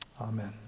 Amen